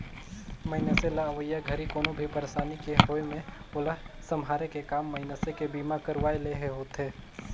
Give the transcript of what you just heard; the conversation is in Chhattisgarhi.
मइनसे ल अवइया घरी कोनो भी परसानी के होये मे ओला सम्हारे के काम मइनसे के बीमा करवाये ले होथे